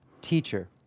teacher